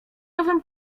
owym